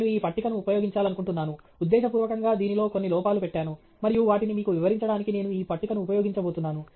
నేను ఈ పట్టికను ఉపయోగించాలనుకుంటున్నాను ఉద్దేశపూర్వకంగా దీనిలో కొన్ని లోపాలు పెట్టాను మరియు వాటిని మీకు వివరించడానికి నేను ఈ పట్టికను ఉపయోగించబోతున్నాను